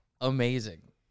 amazing